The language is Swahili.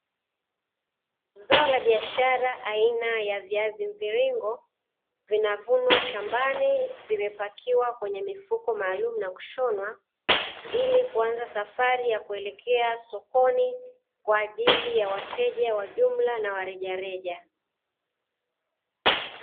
Zao la biashara aina ya viazi mviringo, vinavunwa shambani vimepakiwa kwenye mifuko maalumu na kushonwa ili kuanza safari ya kuelekea sokoni kwa ajili ya wateja wa jumla na wa rejareja.